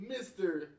Mr